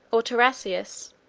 or tarasius,